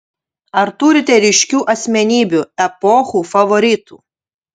ar turite ryškių asmenybių epochų favoritų